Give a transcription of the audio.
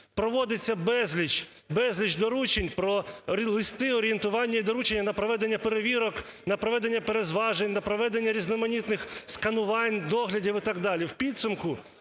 проводиться безліч, безліч доручень про листи, орієнтування і доручення на проведення перевірок, на проведення перезважень, на проведення різноманітних сканувань, доглядів і так далі.